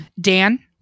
Dan